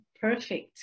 perfect